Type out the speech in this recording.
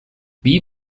wie